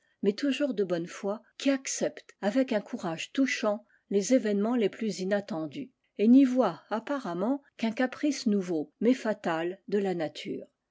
mais toujours de bonne foi qui acceptent avec un courage touchant les événepftments les plus inattendus et n'y voient appaï iment qu'un caprice nouveau mais fatal de la nature